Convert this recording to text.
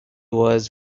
was